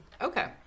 Okay